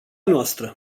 noastră